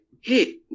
hey